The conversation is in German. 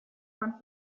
man